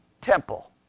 temple